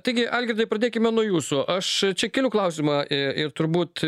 taigi algirdai pradėkime nuo jūsų aš čia keliu klausimą ir turbūt